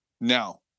now